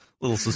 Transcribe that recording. little